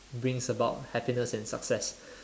brings about happiness and success